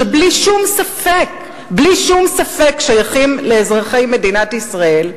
שבלי שום ספק שייכים לאזרחי מדינת ישראל,